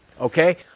Okay